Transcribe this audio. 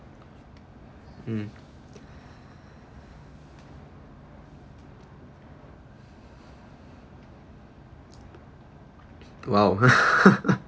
mm !wow!